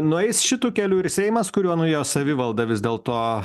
nueis šitu keliu ir seimas kuriuo nuėjo savivalda vis dėlto